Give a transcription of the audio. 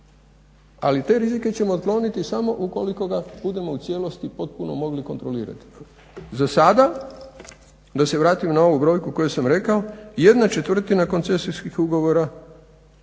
Ali te rizike ćemo otkloniti samo ukoliko ga budemo u cijelosti budemo mogli kontrolirati. za sada da se vratim na ovu brojku koju sam rekao ¼ koncesijskih ugovora